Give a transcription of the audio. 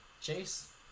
Chase